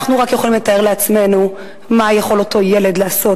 אנחנו רק יכולים לתאר לעצמנו מה יכול אותו ילד לעשות,